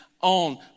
on